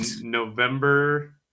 November